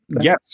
Yes